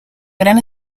gran